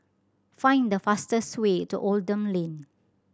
find the fastest way to Oldham Lane